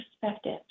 perspective